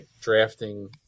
drafting